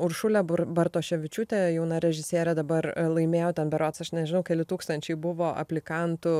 uršulė bartoševičiūtė jauna režisierė dabar laimėjo ten berods aš nežinau keli tūkstančiai buvo aplikantų